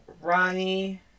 Ronnie